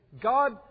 God